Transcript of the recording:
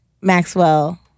Maxwell